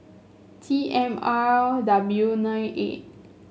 T M R W nine eight